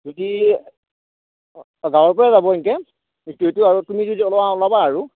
যদি গাঁৱৰ পৰাই যাব এনেকে ইটো সিটো আৰু তুমি যদি ওলোৱা ওলাবা আৰু